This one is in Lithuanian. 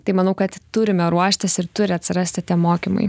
tai manau kad turime ruoštis ir turi atsirasti tie mokymai